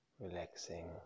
Relaxing